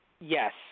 Yes